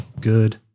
good